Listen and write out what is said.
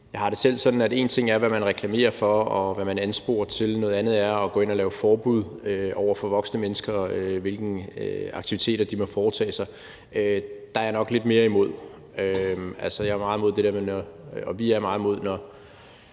Jeg har det selv sådan, at en ting er, hvad man reklamerer for, og hvad man ansporer til, noget andet er at gå ind og lave forbud over for voksne mennesker, med hensyn til hvilke aktiviteter de må foretage sig. Der er jeg nok lidt mere imod. Vi er meget imod det, når politikere opfører